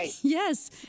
Yes